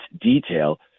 detail